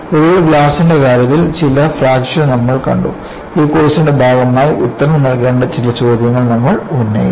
ഒടുവിൽ ഗ്ലാസിന്റെ കാര്യത്തിൽ ചില ഫ്രാക്ചർ നമ്മൾ കണ്ടു ഈ കോഴ്സിന്റെ ഭാഗമായി ഉത്തരം നൽകേണ്ട ചില ചോദ്യങ്ങൾ നമ്മൾ ഉന്നയിച്ചു